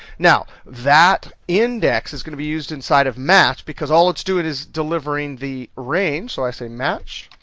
now, that index is going to be used inside of match, because all it's doing is delivering the range, so i say match.